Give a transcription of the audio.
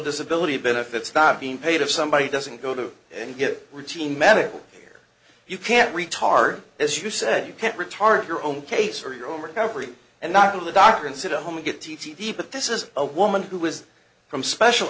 disability benefits not being paid if somebody doesn't go to and get routine medical care you can't retard as you said you can't retard your own case or you're over coverage and not to the doctor and sit at home get the t v but this is a woman who was from special